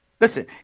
Listen